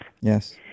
Yes